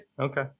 okay